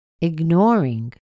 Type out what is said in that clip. Ignoring